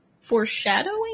Foreshadowing